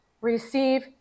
receive